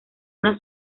una